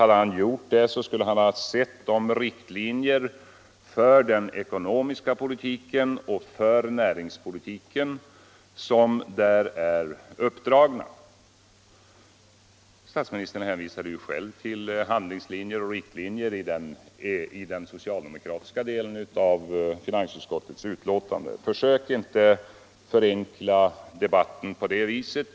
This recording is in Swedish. Hade han gjort det skulle han ha sett de riktlinjer för den ekonomiska politiken och för näringspolitiken som där är uppdragna. Statsministern hänvisade ju själv till handlingslinjer och riktlinjer i den socialdemokratiska delen av finansutskottets betänkande. Försök inte förenkla debatten på det viset!